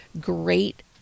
great